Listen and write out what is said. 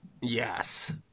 Yes